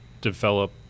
develop